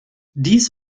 dies